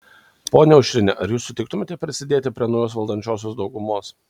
ponia aušrine ar jūs sutiktumėte prisidėti prie naujos valdančiosios daugumos